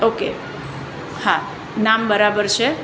okay હા નામ બરાબર છે